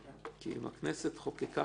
כי אם הכנסת חוקקה חוק,